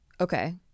Okay